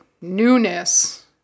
newness